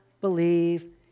believe